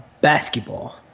basketball